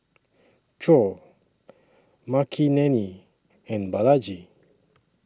Choor Makineni and Balaji